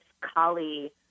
Kali